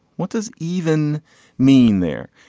what does even mean there.